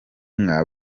inka